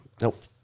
Nope